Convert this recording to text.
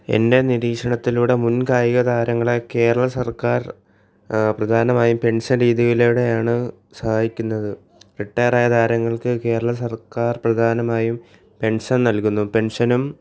എൻ്റെ നീരീക്ഷണത്തിലൂടെ മുൻ കായികതാരങ്ങളെ കേരള സർക്കാർ പ്രധാനമായും പെൻഷൻ രീതിയിലൂടെയാണ് സഹായിക്കുന്നത് റിട്ടയർ ആയ താരങ്ങൾക്ക് കേരള സർക്കാർ പ്രധാനമായും പെൻഷൻ നൽകുന്നു പെൻഷനും